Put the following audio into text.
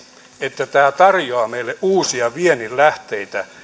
että tämä tarjoaa meille uusia viennin lähteitä